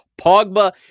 Pogba